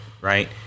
right